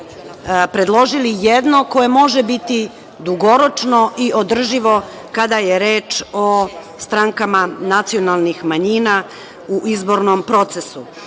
predložili jedno, koje može biti dugoročno i održivo kada je reč o strankama nacionalnih manjina u izbornom procesu. Naime,